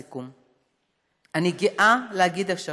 לסיכום: אני גאה להגיד עכשיו,